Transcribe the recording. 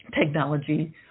technology